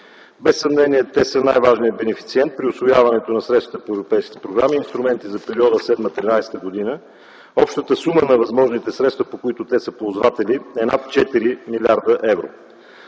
Без съмнение те са най-важният бенефициент при усвояване на средствата от европейските програми и инструменти за периода 2007-2013 г. Общата сума на възможните средства, по които те са ползватели, е над 4 млрд. евро.